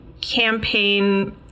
campaign